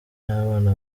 n’abana